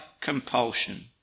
compulsion